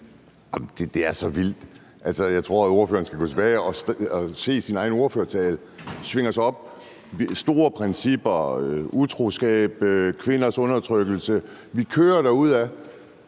Det er så vildt. Jeg tror, ordføreren skal gå tilbage og se sin egen ordførertale. Man svinger sig op med store principper, utroskab, kvinders undertrykkelse, og man kører derudad,